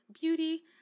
Beauty